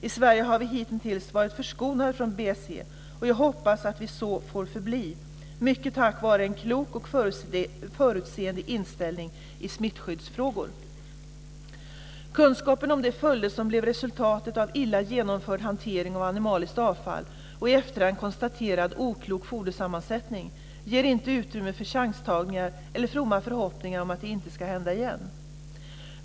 I Sverige har vi hitintills varit förskonade från BSE, och jag hoppas att vi så får förbli, mycket tack vare en klok och förutseende inställning i smittskyddsfrågor. Kunskapen om de följder som blev resultatet av illa genomförd hantering av animaliskt avfall och i efterhand konstaterad oklok fodersammansättning ger inte utrymme för chanstagningar eller fromma förhoppningar om att det inte ska hända igen.